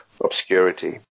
obscurity